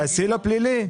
תעשי לו פלילי.